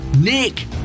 Nick